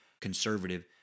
conservative